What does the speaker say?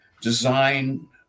design